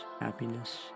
happiness